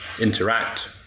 interact